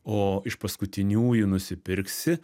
o iš paskutiniųjų nusipirksi